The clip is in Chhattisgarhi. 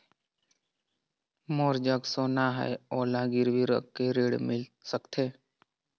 मोर जग सोना है ओला गिरवी रख के ऋण मिल सकथे?